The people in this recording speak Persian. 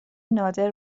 نادر